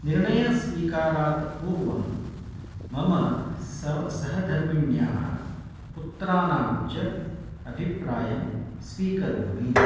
निर्णयस्वीकारात् पूर्वं मम सं सहधर्मिण्याः पुत्राणाञ्च अभिप्रायं स्वीकरोमि